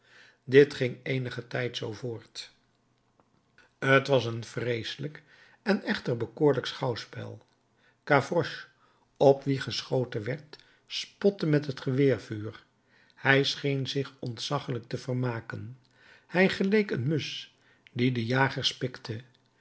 dit ging eenigen tijd zoo voort t was een vreeselijk en echter bekoorlijk schouwspel gavroche op wien geschoten werd spotte met het geweervuur hij scheen zich ontzaggelijk te vermaken hij geleek een musch die de jagers pikte